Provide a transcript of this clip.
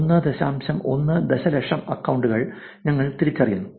1 ദശലക്ഷം അക്കൌണ്ടുകൾ ഞങ്ങൾ തിരിച്ചറിയുന്നു